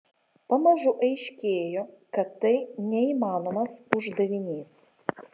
pamažu aiškėjo kad tai neįmanomas uždavinys